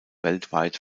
weltweit